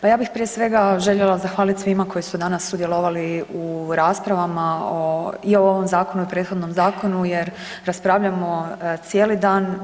Pa ja bih prije svega željela zahvaliti svima koji su danas sudjelovali u raspravama i o ovom zakonu i o prethodnom zakonu jer raspravljamo cijeli dan.